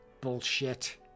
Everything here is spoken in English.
Bullshit